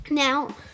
Now